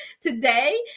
today